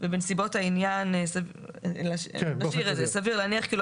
ובנסיבות העניין סביר להניח כי הרכב אינו